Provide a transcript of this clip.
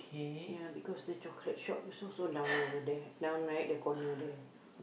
ya because the chocolate shop is also down over there down right the corner there